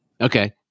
Okay